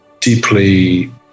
deeply